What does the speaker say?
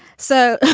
so